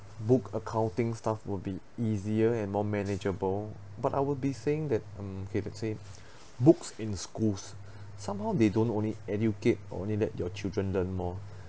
book account stuff will be easier and more manageable but I would be saying that mm okay let say books in schools somehow they don't only educate or only let your children learn more